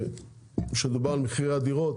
כשדובר על מחירי הדירות,